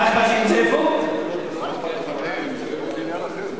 מאיר, אם זה יהיה בבניין אחר?